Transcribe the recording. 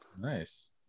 Nice